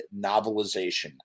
novelization